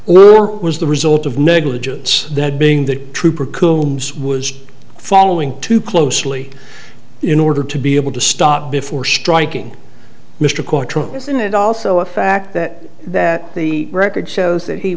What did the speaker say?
or was the result of negligence that being the trooper coom swoon following too closely in order to be able to stop before striking mr quatermain isn't it also a fact that that the record shows that he